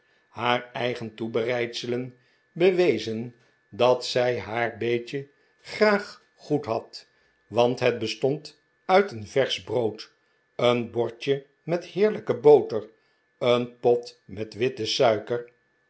haar eigen toebereidselen bewezen dat zij haar beetje graag goed had want het bestond uit een versch brood een bordje met heerlijke boter een pot met witte suiker